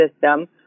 system